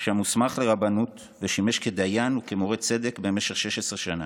שם הוסמך לרבנות ושימש כדיין וכמורה צדק במשך 16 שנה.